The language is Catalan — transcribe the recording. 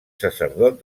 sacerdot